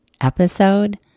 Episode